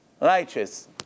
Righteous